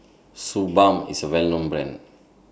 Suu Balm IS A Well known Brand